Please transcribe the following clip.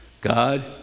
God